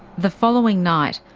the following night,